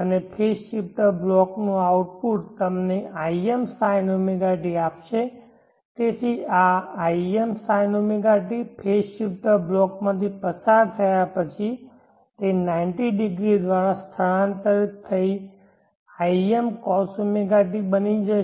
અને phase shifter બ્લોકનું output તમને im sinωt આપશે તેથી આ im sinωt ફેઝ શિફ્ટર બ્લોકમાંથી પસાર થયા પછી તે 90 ડિગ્રી દ્વારા સ્થળાંતરિત થઈ im cosωt બની જશે